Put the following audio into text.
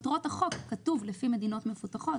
אנחנו כמובן בתהליך של רפורמות של התקנים ומנסים להשוות אבל